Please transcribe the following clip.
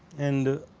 and